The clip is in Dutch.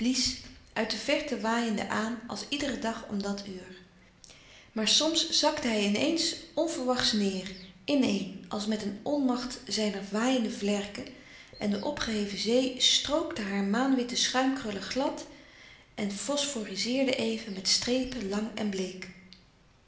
uit de verte waaiende aan als iedere dag om dat uur maar soms zakte hij in eens onverwachts neêr in-een als met een onmacht zijner waaiende vlerken en de opgeheven zee strookte haar maanwitte schuimkrullen glad en